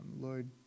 Lord